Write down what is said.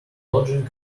lodging